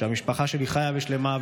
שהמשפחה שלי חיה ושלמה,